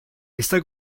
está